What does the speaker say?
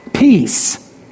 peace